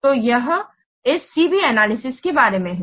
तो यह इस C B एनालिसिस के बारे में है